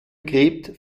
gräbt